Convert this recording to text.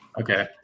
Okay